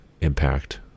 impact